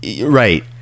Right